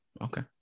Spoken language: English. Okay